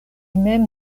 mem